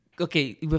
Okay